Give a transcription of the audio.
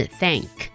thank